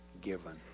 given